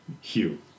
Hugh